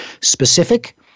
specific